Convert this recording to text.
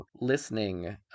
listening